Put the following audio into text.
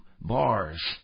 bars